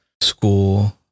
school